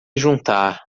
juntar